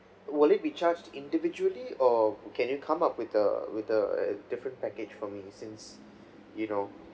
will it be charged individually or can you come up with the with the uh different package for me since you know